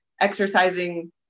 exercising